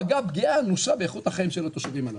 פגע פגיעה אנושה באיכות החיים של התושבים הללו.